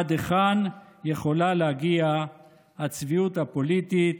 עד היכן יכולה להגיע הצביעות הפוליטית?